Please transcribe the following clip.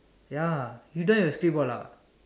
ya you don't have a script board ah